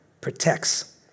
protects